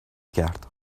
کرد